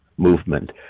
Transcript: movement